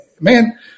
man